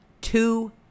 Two